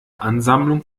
ansammlung